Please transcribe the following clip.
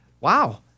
Wow